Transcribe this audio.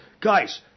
guys